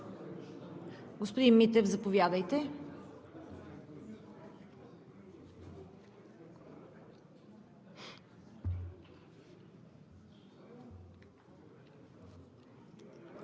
Господин Митев, заповядайте.